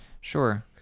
Sure